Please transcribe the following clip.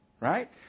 Right